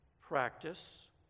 practice